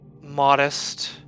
modest